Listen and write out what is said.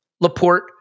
Laporte